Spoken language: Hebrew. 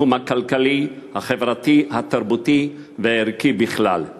בתחום הכלכלי, החברתי, התרבותי והערכי בכלל.